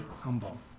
humble